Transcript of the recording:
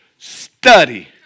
Study